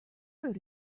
wrote